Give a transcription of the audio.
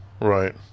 Right